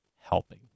helping